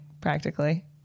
practically